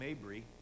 Mabry